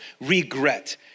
regret